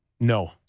No